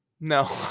no